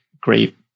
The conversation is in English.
great